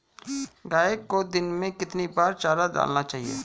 गाय को दिन में कितनी बार चारा डालना चाहिए?